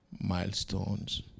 milestones